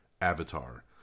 Avatar